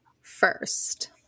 first